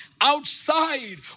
outside